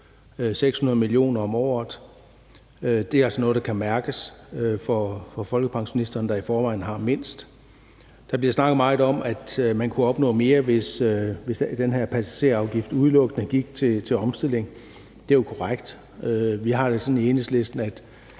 600 mio. kr. om året – og det er altså noget, der kan mærkes for folkepensionisterne, der i forvejen har mindst. Der er blevet snakket meget om, at man kunne opnå mere, hvis den her passagerafgift udelukkende gik til omstilling. Det er jo korrekt. Vi har det sådan i Enhedslisten, at